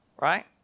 right